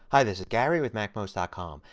hi, this is gary with macmost ah com.